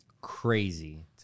crazy